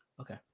Okay